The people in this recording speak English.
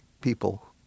people